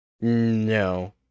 No